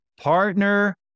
partner